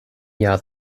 jahr